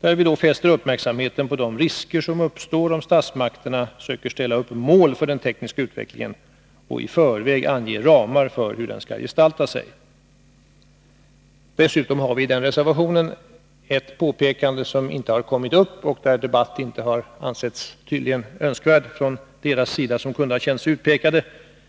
betänkande 41 fäster vi uppmärksamheten på de risker som uppstår, om statsmakterna försöker ställa upp mål för den tekniska utvecklingen och i förväg ange ramar för hur den skall gestalta sig. Dessutom görs det i denna reservation ett påpekande som inte har tagits upp. Debatt har tydligen inte ansetts nödvändig från deras sida som kunde ha känt sig utpekade.